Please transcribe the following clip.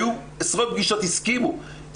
היו עשרות פגישות והסכימו,